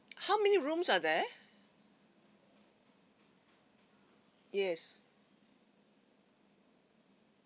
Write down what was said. how many rooms are there yes